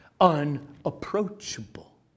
unapproachable